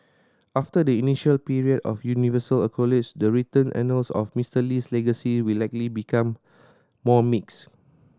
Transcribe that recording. after the initial period of universal accolades the written annals on Mister Lee's legacy will likely become more mixed